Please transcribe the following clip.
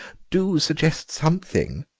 do suggest something.